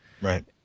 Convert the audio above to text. Right